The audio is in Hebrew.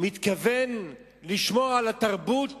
מתכוון לשמור על התרבות